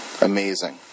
Amazing